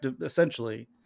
essentially